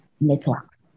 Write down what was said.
network